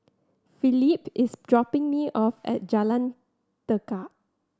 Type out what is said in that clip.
Felipe is dropping me off at Jalan Tekad